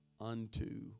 unto